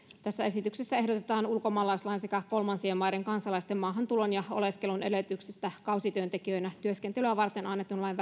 tässä esityksessä ehdotetaan ulkomaalaislain sekä kolmansien maiden kansalaisten maahantulon ja oleskelun edellytyksistä kausityöntekijöinä työskentelyä varten annetun lain